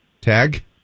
Tag